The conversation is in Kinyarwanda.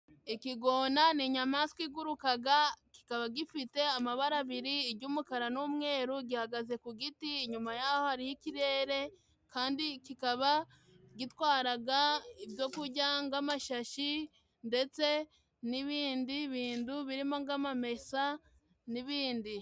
ikigona ni inyamaswa igurukaga kikaba gifite amabara abiri ijy'umukara n'umweru gihagaze ku giti inyuma yaho hari ikirere kandi kikaba gitwaraga ibyo kurya ng'amashashi ndetse n'ibindi bintu birimo ng'amamesa n'ibindi.